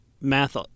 math